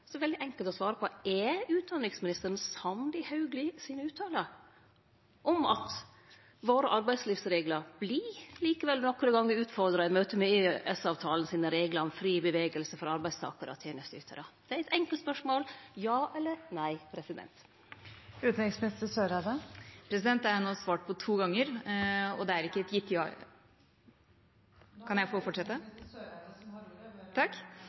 veldig enkelt å svare på: Er utanriksministeren samd i Hauglie si uttale om at våre arbeidslivsreglar likevel vert utfordra nokre gonger i møte med EØS-avtalen sine reglar om fri bevegelse for arbeidstakarar og tenesteytarar? Det er eit enkelt spørsmål – ja eller nei. Det har jeg nå svart på to ganger, og det er ikke et gitt … Nei. Nå er det utenriksminister Eriksen Søreide som har